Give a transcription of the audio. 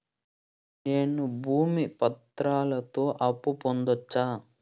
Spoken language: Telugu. నేను భూమి పత్రాలతో అప్పు పొందొచ్చా?